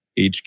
HQ